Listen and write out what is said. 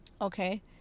okay